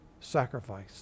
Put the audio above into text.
sacrifice